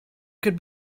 could